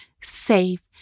safe